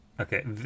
Okay